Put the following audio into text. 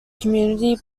community